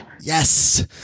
Yes